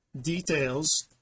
details